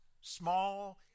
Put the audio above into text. small